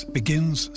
begins